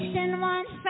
one